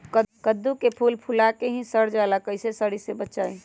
कददु के फूल फुला के ही सर जाला कइसे सरी से बचाई?